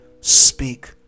Speak